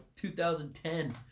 2010